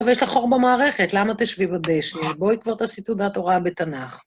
ויש לך חור במערכת, למה תשבי בדשא? בואי כבר תעשי תעודת הוראה בתנ״ך.